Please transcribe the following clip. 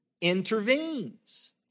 intervenes